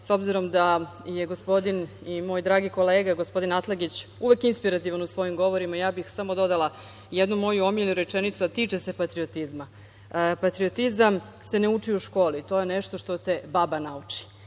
s obzirom da je gospodin i moj dragi kolega, gospodin Atlagić, uvek inspirativan u svojim govorima, dodala bih samo jednu moju omiljenu rečenicu a tiče se patriotizma -Patriotizam se ne uči u školi, to je nešto što te baba nauči. Tako